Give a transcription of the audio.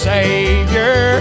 Savior